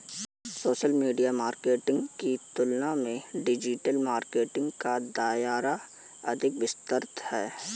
social media marketing की तुलना में डिजिटल मार्केटिंग का दायरा अधिक विस्तृत है